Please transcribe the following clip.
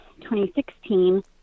2016